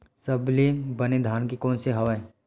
सबले बने धान कोन से हवय?